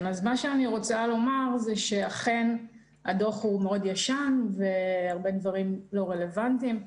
אני רוצה לומר שאכן הדוח הוא מאוד ישן והרבה דברים לא רלוונטיים.